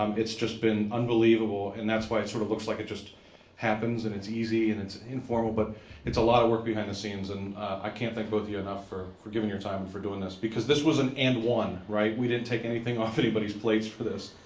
um it's just been unbelievable. and that's why it sort of looks like it just happens and it's easy and it's informal. but it's a lot of work behind the scenes. and i can't thank both of you enough for for giving your time and for doing this. because this was a and one, right, we didn't take anything off anybody's plates for this.